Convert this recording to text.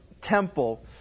temple